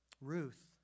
Ruth